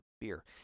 beer